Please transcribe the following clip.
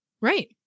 Right